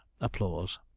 applause